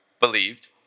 believed